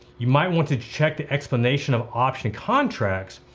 you might want to check the explanation of option contracts.